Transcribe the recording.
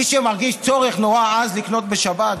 מי שמרגיש צורך נורא עז לקנות בשבת,